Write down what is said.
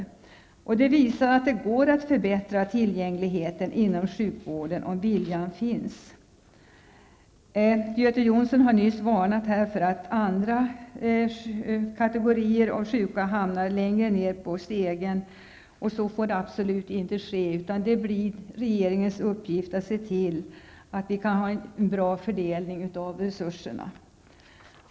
Det visar att det går att förbättra tillgängligheten inom sjukvården om viljan finns. Göte Jonsson har nyss varnat för att andra kategorier av sjuka kan hamna längre ned på stegen, men det får absolut inte ske. Det blir regeringens uppgift att se till att resurserna fördelas på ett bra sätt.